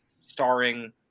starring